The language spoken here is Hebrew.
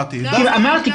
אמרתי,